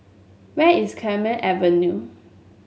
where is Clemenceau Avenue